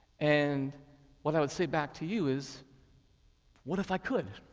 and what i'd say back to you is what if i could?